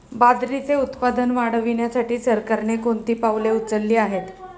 बाजरीचे उत्पादन वाढविण्यासाठी सरकारने कोणती पावले उचलली आहेत?